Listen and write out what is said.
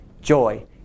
joy